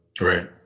Right